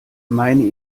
meine